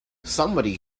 somebody